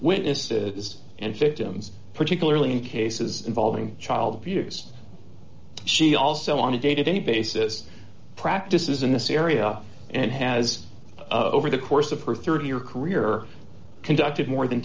witnesses and victims particularly in cases involving child abuse she also on a day to day basis practices in this area and has over the course of her thirty year career conducted more than